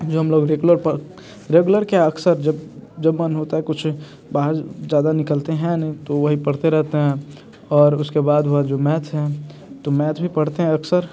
जो हम लोग रेगुलर रेगुलर क्या अक्सर जब जब मन होता है कुछ बाहर ज़्यादा निकलते हैं नहीं तो वही पढ़ते रहते हैं और उसके बाद वह जो मैथ हैं तो मैथ भी पढ़ते हैं अक्सर